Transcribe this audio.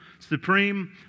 Supreme